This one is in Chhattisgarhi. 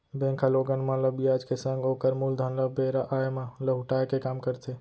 बेंक ह लोगन मन ल बियाज के संग ओकर मूलधन ल बेरा आय म लहुटाय के काम करथे